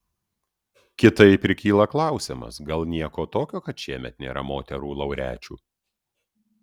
kitaip ir kyla klausimas gal nieko tokio kad šiemet nėra moterų laureačių